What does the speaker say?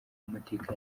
amateka